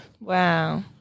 Wow